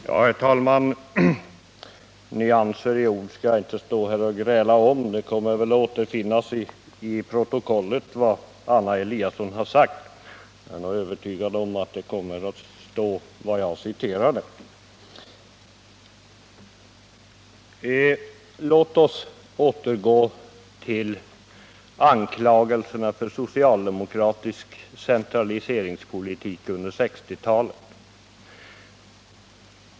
Herr talman! Nyanser i ord skall jag väl inte stå här och gräla om. Vad Anna Eliasson har sagt kommer att återfinnas i protokollet. Och jag är övertygad om att det kommer att stå vad jag citerade. Låt oss återgå till anklagelserna för socialdemokratisk centraliseringspolitik under 1960-talet.